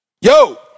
Yo